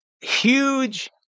huge